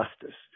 justice